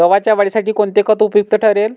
गव्हाच्या वाढीसाठी कोणते खत उपयुक्त ठरेल?